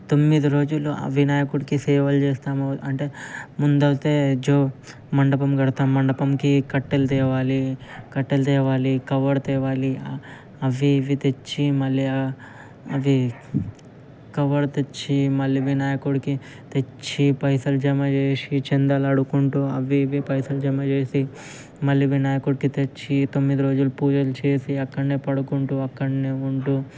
తొమ్మిది రోజులు ఆ వినాయకుడికి సేవలు చేస్తాము అంటే ముందైతే జో మండపం కడతాము ఆ మండపంకి కట్టలు తేవాలి కట్టెలు తేవాలి కవర్ తేవాలి అవి ఇవి తెచ్చి మళ్ళీ అది కవర్ తెచ్చి మళ్ళీ వినాయకుడికి తెచ్చి పైసలు జమా చేసి చందాలు అడుగుకుంటు అవి ఇవి పైసలు జమాచేసి మళ్ళీ వినాయకుడికి తెచ్చి తొమ్మిది రోజులు పూజలు చేసి అక్కడ పడుకుంటు అక్కడ ఉంటు